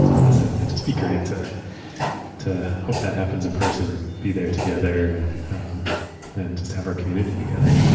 i miss it. and it'd just be great to to hope that happens in person, be there together and and just have our community together.